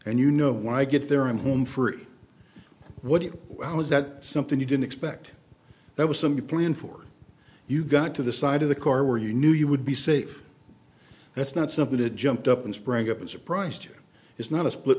and you know why i get there i'm home for what it was that something you didn't expect that was some good plan for you got to the side of the car where you knew you would be safe that's not something that jumped up and sprang up and surprised you it's not a split